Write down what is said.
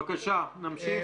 בבקשה, נמשיך.